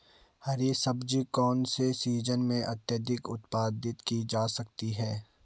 हरी सब्जी कौन से सीजन में अत्यधिक उत्पादित की जा सकती है?